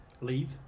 Leave